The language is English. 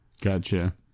Gotcha